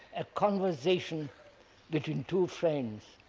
a conversation between two friends,